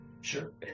Sure